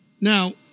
Now